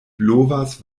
blovas